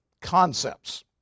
concepts